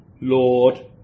Lord